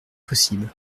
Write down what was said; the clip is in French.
possible